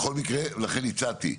בכל מקרה, לכן הצעתי,